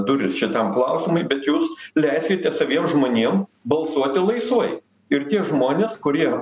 duris šitam klausimui bet jūs leiskite saviem žmonėm balsuoti laisvai ir tie žmonės kurie